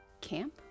Camp